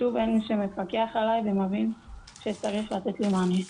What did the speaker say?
שוב אין מי שמפקח עליי ומבין שצריך לתת לי מענה.